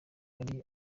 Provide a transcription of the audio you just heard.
ari